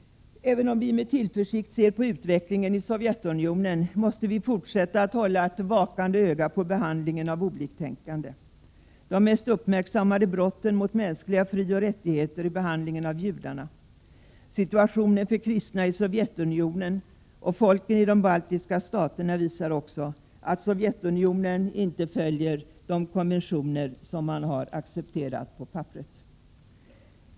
Även om vi med tillförsikt ser på utvecklingen i Sovjetunionen måste vi fortsätta att hålla ett vakande öga på behandlingen av oliktänkande. De mest uppmärksammade brotten mot mänskliga frioch rättigheter är behandlingen av judarna. Situationen för kristna i Sovjetunionen och folken i de baltiska staterna visar också att Sovjetunionen inte följer de konventioner som man har accepterat på papperet.